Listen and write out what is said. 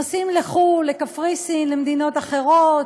נוסעים לחו"ל, לקפריסין, למדינות אחרות,